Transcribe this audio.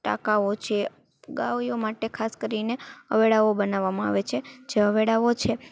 ટાંકાઓ છે ગાયો માટે ખાસ કરીને હવાડાઓ બનાવવામાં આવે છે જે હવાડાઓ છે એ